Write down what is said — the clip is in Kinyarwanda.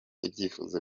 ibyifuzo